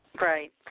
Right